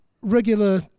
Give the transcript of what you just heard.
regular